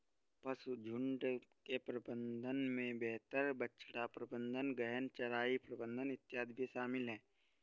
पशुझुण्ड के प्रबंधन में बेहतर बछड़ा प्रबंधन, गहन चराई प्रबंधन इत्यादि भी शामिल है